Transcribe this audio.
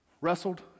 Wrestled